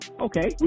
Okay